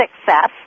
success